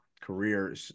career